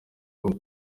has